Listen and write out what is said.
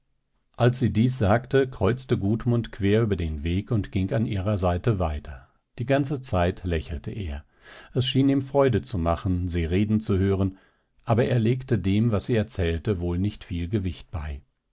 als sie dies sagte kreuzte gudmund quer über den weg und ging an ihrer seite weiter die ganze zeit lächelte er es schien ihm freude zu machen sie reden zu hören aber er legte dem was sie erzählte wohl nicht viel gewicht bei